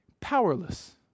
powerless